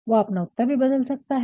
वह अपना उत्तर बदल भी सकता है